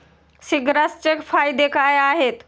सीग्रासचे फायदे काय आहेत?